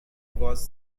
was